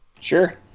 Sure